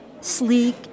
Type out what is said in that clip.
sleek